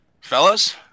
Fellas